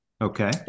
Okay